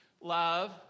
Love